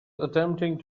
attempting